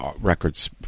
records